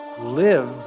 live